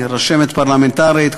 רשמת פרלמנטרית,